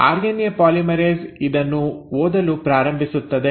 RNA polymerase ಇದನ್ನು ಓದಲು ಪ್ರಾರಂಭಿಸುತ್ತದೆ